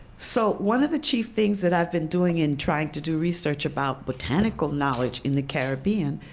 so one of the chief things that i've been doing in trying to do research about botanical knowledge in the caribbean,